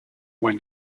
when